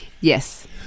Yes